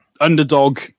underdog